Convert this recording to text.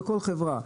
בכל חברה.